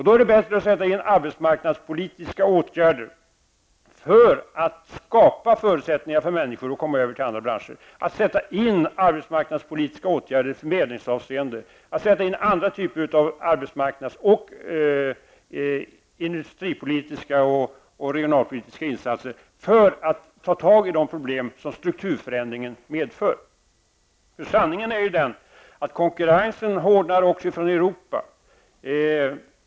Då är det bättre att sätta in arbetsmarknadspolitiska åtgärder för att skapa förutsättningar för människor att komma över till andra branscher, att sätta in arbetsmarknadspolitiska åtgärder i förmedlingsavseende och att sätta in andra typer av arbetsmarknadspolitiska, industripolitiska och regionalpolitiska insatser för att ta tag i de problem som strukturförändringen medför. Sanningen är ju den att konkurrensen från Europa också hårdnar.